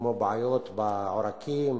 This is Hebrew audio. כמו בעיות בעורקים,